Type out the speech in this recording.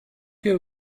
que